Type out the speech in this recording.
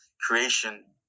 creation